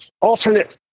alternate